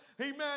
Amen